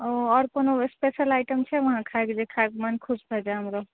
ओ आओर कोनो special item छै वहाँ खाइके लिए जे खाएके मन खुश भऽ जाइ हमरो